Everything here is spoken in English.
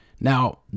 Now